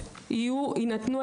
לא פעולות חדשות.